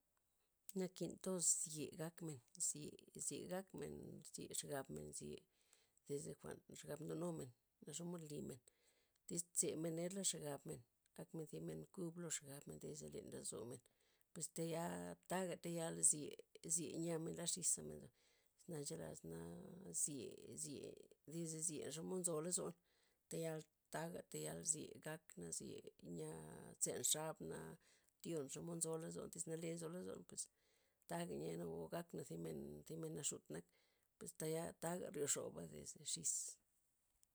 Nakin toz tzye gakmen, tzye- tzye gakmen, tzye xabmen. tzye desde jwa'n xab ndo numen, na xomod limen tiz tzemen nerla xaben ak men thi men kub lo xabmen desde len lozomen, pues tayaa taga tayal tzye zye nyamen lar xiz gabmenza. iz na nchelazna zye zye dib zis xomod nzo lozon tayal taga tayal tzye gakna', zye nya tzen xabna, tyon xomod nzo lozon tiz nale nzo lozon pues taga nya gakna thi men, thi men naxutna' pues tayaga ryoxoba' desde xis.